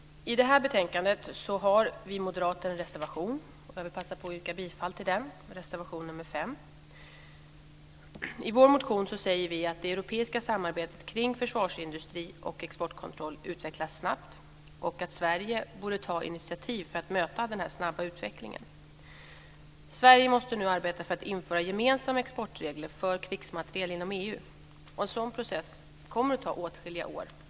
I betänkandet har vi moderater en reservation. Jag vill passa på att yrka bifall till reservation nr 5. I vår motion säger vi att det europeiska samarbetet kring försvarsindustri och exportkontroll utvecklas snabbt och att Sverige borde ta initiativ för att möta den snabba utvecklingen. Sverige måste nu arbeta för att införa gemensamma exportregler för krigsmateriel inom EU. En sådan process kommer att ta åtskilliga år.